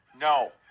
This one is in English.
no